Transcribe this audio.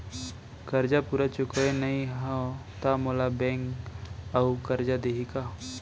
करजा पूरा चुकोय नई हव त मोला बैंक अऊ करजा दिही का?